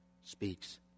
speaks